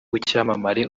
w’icyamamare